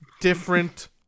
different